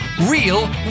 Real